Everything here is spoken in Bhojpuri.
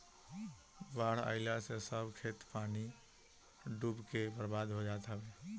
बाढ़ आइला से सब खेत पानी में डूब के बर्बाद हो जात हवे